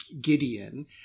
Gideon